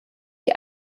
die